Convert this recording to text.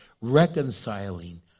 reconciling